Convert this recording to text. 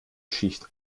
schicht